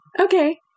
Okay